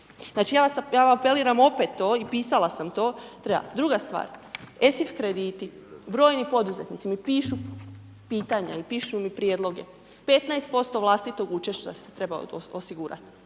Znači ja apeliram opet to i pisala sam to. Druga stvar ESI krediti, brojni poduzetnici mi pišu pitanja i pišu mi prijedloge, 15% vlastitog učešća se trebalo osigurati.